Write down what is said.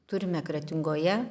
turime kretingoje